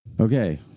Okay